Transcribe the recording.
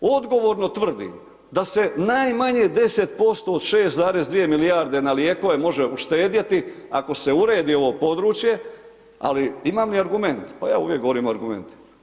Odgovorno tvrdim da se najmanje 10% od 6,2 milijarde na lijekove može uštedjeti ako se uredi ovo područje, ali imam i argument, pa ja uvijek govorim o argumentima.